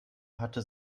hatte